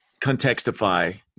contextify